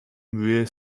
mühe